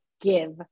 give